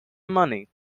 money